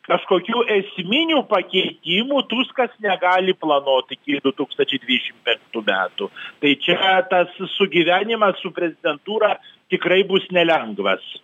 kažkokių esminių pakeitimų tuskas negali planuot iki du tūkstančiai dvidešimt penktų metų tai čia tas sugyvenimas su prezidentūra tikrai bus nelengvas